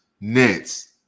Nets